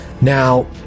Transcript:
Now